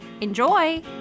Enjoy